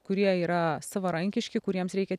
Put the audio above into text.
kurie yra savarankiški kuriems reikia